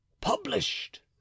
published